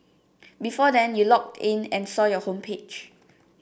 before then you logged in and saw your homepage